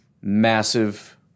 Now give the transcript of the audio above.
massive